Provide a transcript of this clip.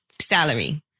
salary